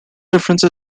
difference